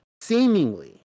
seemingly